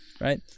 Right